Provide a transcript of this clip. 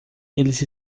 eles